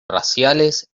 raciales